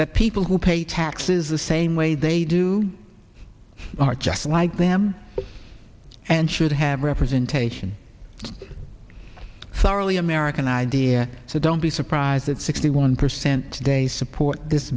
that people who pay taxes the same way they do are just like them and should have representation thoroughly american idea so don't be surprised that sixty one percent today support this